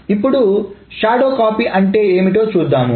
ఇప్పుడు shadow copy అంటే ఏంటో చూద్దాం